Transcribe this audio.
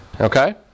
Okay